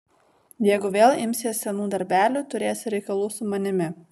jeigu vėl imsies senų darbelių turėsi reikalų su manimi